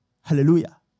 Hallelujah